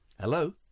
hello